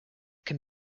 can